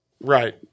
Right